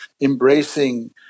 embracing